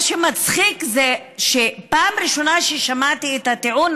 מה שמצחיק זה שהפעם הראשונה ששמעתי את הטיעון